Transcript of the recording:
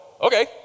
okay